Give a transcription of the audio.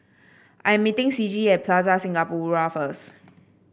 I am meeting Ciji at Plaza Singapura first